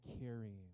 carrying